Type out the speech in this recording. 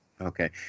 Okay